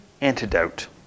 antidote